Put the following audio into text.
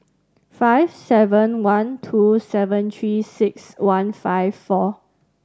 five seven one two seven Three Six One five four